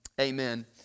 Amen